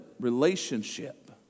relationship